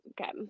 Okay